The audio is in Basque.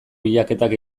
bilaketak